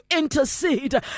intercede